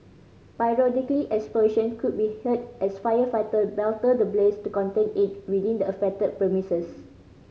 periodically explosion could be heard as firefighter battle the blaze to contain it within the affected premises